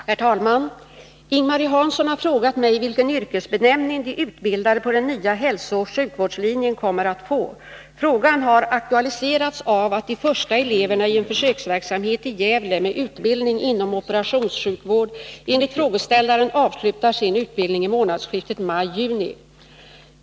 Herr talman! Ing-Marie Hansson har frågat mig vilken yrkesbenämning de utbildade på den nya hälsooch sjukvårdslinjen kommer att få. Frågan har aktualiserats av att de första eleverna i en försöksverksamhet i Gävle med utbildning inom operationssjukvård enligt frågeställaren avslutar sin utbildning i månadsskiftet maj-juni.